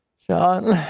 john,